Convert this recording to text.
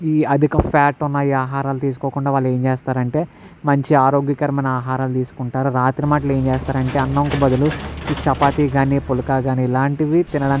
ఈ అధిక ఫ్యాట్ ఉన్న ఈ ఆహారాలు తీస్కోకుండా వాళ్ళు ఏం చేస్తారంటే మంచి ఆరోగ్యకరమైన ఆహారాలు తీసుకుంటారు రాత్రి మాట్లు ఏం చేస్తారంటే అన్నంకి బదులు ఈ చపాతీ గాని పులక గాని ఇలాంటివి తినడానికి